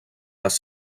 les